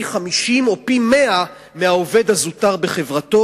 פי-50 או פי-100 מהעובד הזוטר בחברתו,